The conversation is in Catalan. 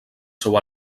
seu